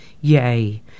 Yay